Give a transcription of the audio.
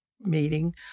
meeting